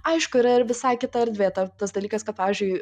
aišku yra ir visai kita erdvė ta tas dalykas kad pavyzdžiui